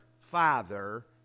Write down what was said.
Father